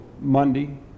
Monday